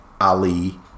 Ali